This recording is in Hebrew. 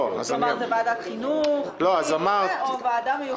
כלומר, זאת ועדת חינוך או ועדה מיוחדת?